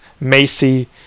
macy